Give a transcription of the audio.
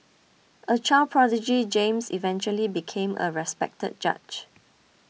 a child prodigy James eventually became a respected judge